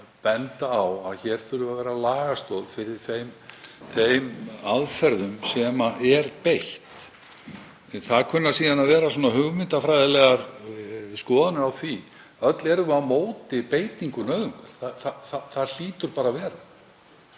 bendir á að það þurfi að vera lagastoð fyrir þeim aðferðum sem er beitt. Það kunna síðan að vera hugmyndafræðilegar skoðanir á því. Öll erum við á móti beitingu nauðungar. Það hlýtur bara að